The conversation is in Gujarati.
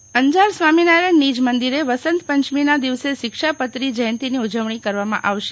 મંદિર અંજાર સ્વામિનારાયણ મંદિરે વસંતપંચમીના દિવસે શિક્ષાપત્રી જયંતીની ઉજવણી કરવામાં આવશે